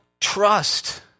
trust